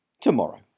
tomorrow